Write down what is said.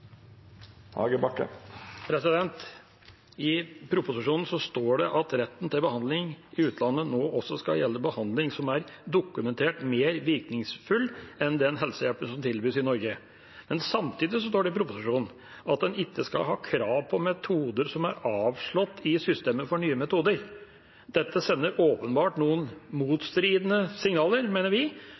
I proposisjonen står det at retten til behandling i utlandet nå også skal gjelde behandling som er dokumentert mer virkningsfull enn den helsehjelpen som tilbys i Norge, men samtidig at en ikke skal ha krav på metoder som er avslått i systemet for nye metoder. Dette sender åpenbart noen motstridende signaler, mener vi,